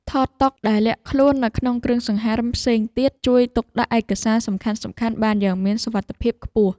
ថតតុដែលលាក់ខ្លួននៅក្នុងគ្រឿងសង្ហារិមផ្សេងទៀតជួយទុកដាក់ឯកសារសំខាន់ៗបានយ៉ាងមានសុវត្ថិភាពខ្ពស់។